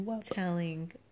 telling